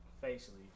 facially